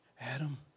Adam